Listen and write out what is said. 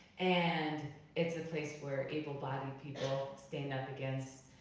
and it's a place where able-bodied people stand up against